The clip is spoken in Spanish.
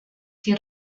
que